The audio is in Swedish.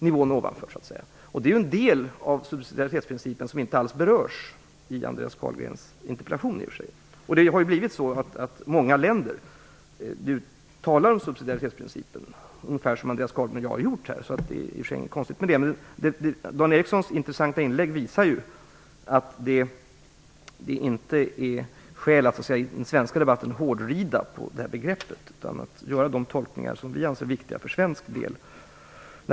Det är en del av subsidiaritetsprincipen som inte alls berörs i Andreas Carlgrens interpellation. Det har blivit så att man i många länder talar om subsidiaritetsprincipen ungefär som Andreas Carlgren och jag har gjort här. Det är i och för sig inget konstigt med det. Dan Ericssons intressanta inlägg visar att det inte finns skäl att hårdrida på det här begreppet. Vi kan göra de tolkningar som vi anser är viktiga för svensk del.